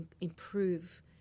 improve